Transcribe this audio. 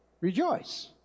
Rejoice